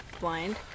blind